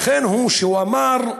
לכן כשהוא אמר: